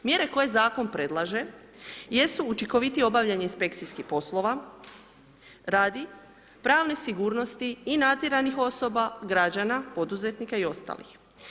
Mjere koje zakon predlaže jesu učinkovitije obavljanje inspekcijskih poslova radi pravne sigurnosti i nadziranih osoba, građana, poduzetnika i ostalih.